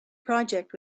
project